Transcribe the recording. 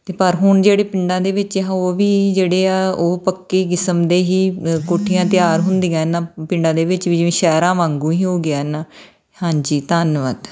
ਅਤੇ ਪਰ ਹੁਣ ਜਿਹੜੇ ਪਿੰਡਾਂ ਦੇ ਵਿੱਚ ਹੋ ਵੀ ਜਿਹੜੇ ਆ ਉਹ ਪੱਕੇ ਕਿਸਮ ਦੇ ਹੀ ਅ ਕੋਠੀਆਂ ਤਿਆਰ ਹੁੰਦੀਆਂ ਏਨਾਂ ਪਿੰਡਾਂ ਦੇ ਵਿੱਚ ਵੀ ਜਿਵੇਂ ਸ਼ਹਿਰਾਂ ਵਾਂਗੂ ਹੀ ਹੋ ਗਿਆ ਅਨ ਹਾਂਜੀ ਧੰਨਵਾਦ